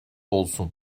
olsun